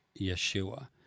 Yeshua